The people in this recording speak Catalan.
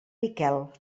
miquel